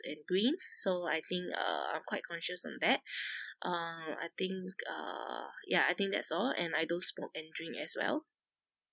and greens so I think uh I'm quite conscious on that um I think uh ya I think that's all and I don't smoke and drink as well